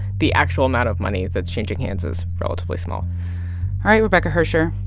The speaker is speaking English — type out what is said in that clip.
the actual amount of money that's changing hands is relatively small all right, rebecca hersher,